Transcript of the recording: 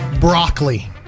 Broccoli